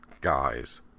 guys